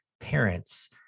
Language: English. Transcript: parents